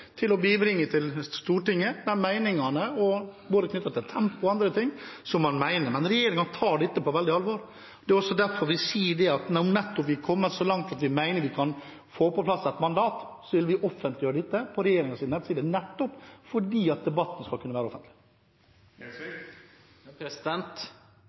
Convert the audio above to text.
til tempo og andre ting. Men regjeringen tar dette veldig på alvor. Det er derfor vi sier at når vi er kommet så langt at vi mener vi kan få på plass et mandat, vil vi offentliggjøre det på regjeringens nettside, nettopp fordi debatten skal kunne være offentlig.